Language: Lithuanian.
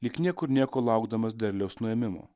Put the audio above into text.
lyg niekur nieko laukdamas derliaus nuėmimo